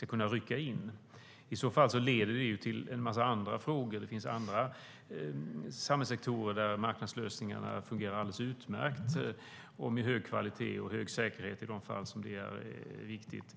Det leder i så fall till en massa andra frågor. Det finns andra samhällssektorer där marknadslösningarna fungerar utmärkt och med hög kvalitet och hög säkerhet i de fall där det är viktigt.